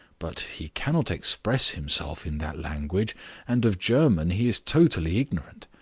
but he cannot express himself in that language and of german he is totally ignorant.